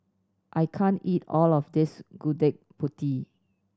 I can't eat all of this Gudeg Putih